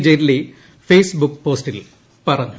Jaitley Facebook പോസ്റ്റിൽ പറഞ്ഞു